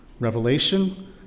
Revelation